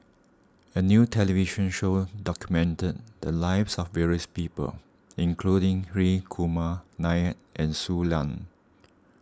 a new television show documented the lives of various people including Hri Kumar Nair and Shui Lan